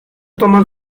toman